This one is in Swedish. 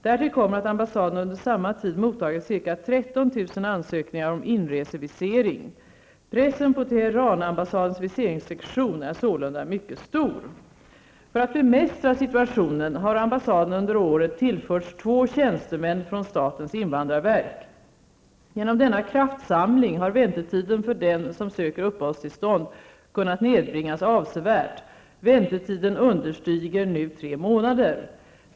Därtill kommer att ambassaden under samma tid mottagit ca 13 000 ansökningar om inresevisering. Pressen på Teheranambassadens viseringssektion är sålunda mycket stor. För att bemästra situationen har ambassaden under året tillförts två tjänstemän från statens invandrarverk. Genom denna kraftsamling har väntetiden för den som söker uppehållstillstånd kunnat nedbringas avsevärt. Väntetiden understiger nu tre månader.